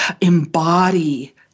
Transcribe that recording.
embody